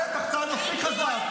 זה הפטנט מול יחיא סנוואר.